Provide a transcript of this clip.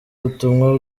ubutumwa